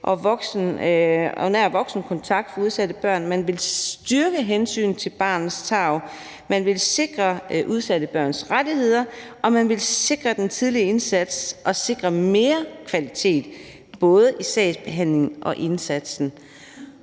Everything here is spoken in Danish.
og nær voksenkontakt for udsatte børn, at man ville styrke hensynet til barnets tarv, at man ville sikre udsatte børns rettigheder, og at man ville sikre den tidlige indsats og sikre mere kvalitet både i sagsbehandlingen og i indsatsen,